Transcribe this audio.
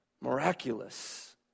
miraculous